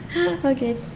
Okay